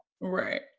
right